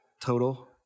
total